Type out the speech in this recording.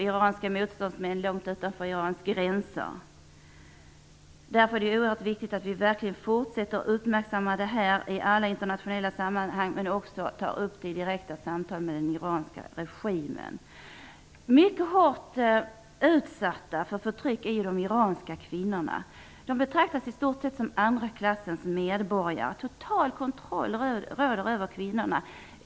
Iranska motståndsmän dödas långt utanför Irans gränser. Det är oerhört viktigt att vi fortsätter att uppmärksamma dessa händelser i alla internationella sammanhang och också tar upp dem i direkta samtal med den iranska regimen. De iranska kvinnorna är mycket hårt utsatta för förtryck. De betraktas i stort sett som andra klassens medborgare. Total kontroll råder över kvinnorna.